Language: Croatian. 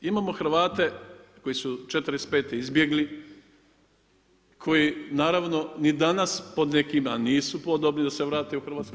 Imamo Hrvate koji su 45. izbjegli, koji naravno ni danas po nekima nisu podobni da se vrate u Hrvatsku.